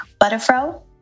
Butterfro